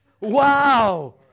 Wow